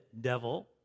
devil